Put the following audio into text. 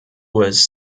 was